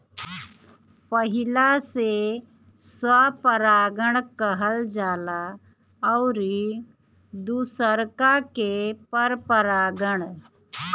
पहिला से स्वपरागण कहल जाला अउरी दुसरका के परपरागण